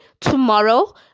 tomorrow